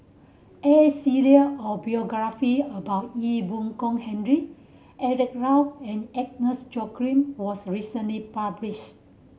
A serie of biography about Ee Boon Kong Henry Eric Low and Agnes Joaquim was recently published